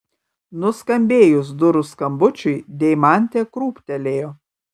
nuskambėjus durų skambučiui deimantė krūptelėjo